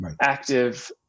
active